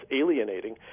alienating